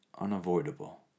unavoidable